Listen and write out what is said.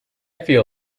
feel